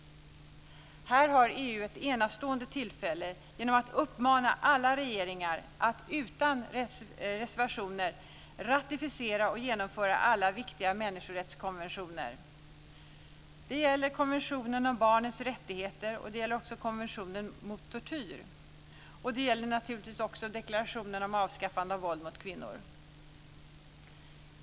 Här har EU ett enastående tillfälle genom att uppmana alla regeringar att utan reservationer ratificera och genomföra alla viktiga människorättskonventioner. Det gäller konventionen om barnets rättigheter, det gäller också konventionen mot tortyr, och det gäller naturligtvis deklarationen om avskaffande av våld mot kvinnor.